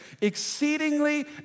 exceedingly